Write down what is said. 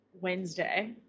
Wednesday